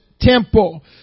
temple